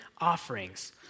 offerings